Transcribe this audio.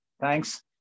thanks